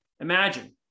imagine